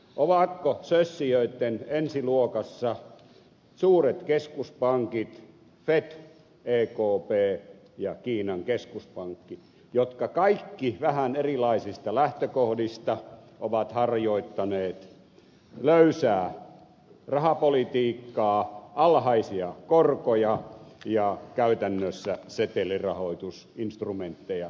ovatko sössijöitten ensi luokassa suuret keskuspankit fed ekp ja kiinan keskuspankki jotka kaikki vähän erilaisista lähtökohdista ovat harjoittaneet löysää rahapolitiikkaa alhaisia korkoja ja käytännössä setelirahoitusinstrumentteja luoden